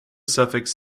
suffix